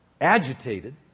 Agitated